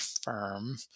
firm